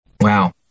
Wow